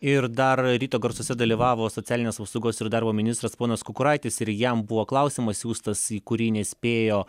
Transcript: ir dar ryto garsuose dalyvavo socialinės apsaugos ir darbo ministras ponas kukuraitis ir jam buvo klausimas siųstas į kurį nespėjo